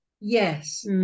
Yes